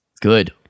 Good